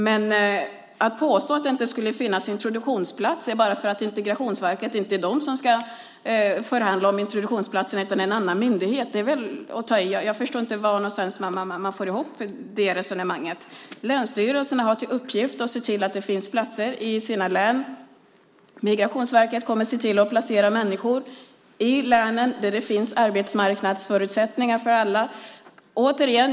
Men att påstå att det inte skulle finnas introduktionsplatser bara för att det inte är Integrationsverket som ska förhandla om introduktionsplatser utan en annan myndighet är väl att ta i. Jag förstår inte hur man får ihop det resonemanget. Länsstyrelsernas uppgift är att se till att det finns platser i respektive län. Migrationsverket kommer att placera människor i de län som har arbetsmarknadsförutsättningar för alla.